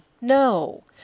no